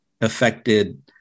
affected